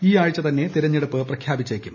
ഈയാഴ്ച തന്നെ തെരഞ്ഞെടുപ്പ് പ്രഖ്യാപ്പിച്ചേക്കും